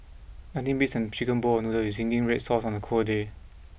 nothing beats an chicken bowl of noodles with zingy Red Sauce on a cold day